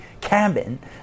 cabin